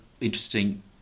interesting